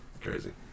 crazy